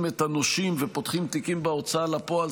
את הנושים ופותחים תיקים בהוצאה לפועל,